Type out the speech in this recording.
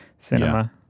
Cinema